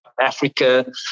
Africa